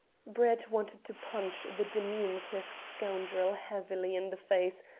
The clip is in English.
brett wanted to punch the diminutive scoundrel heavily in the face,